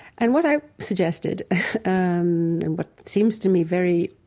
and what i suggested um and what seems to me very